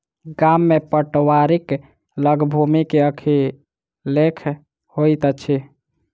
गाम में पटवारीक लग भूमि के अभिलेख होइत अछि